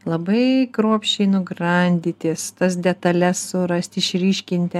labai kruopščiai nugramdyti tas detales surasti išryškinti